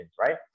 right